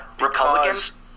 Republicans